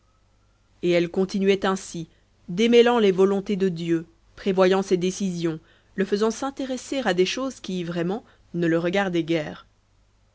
et elles continuaient ainsi démêlant les volontés de dieu prévoyant ses décisions le faisant s'intéresser à des choses qui vraiment ne le regardaient guère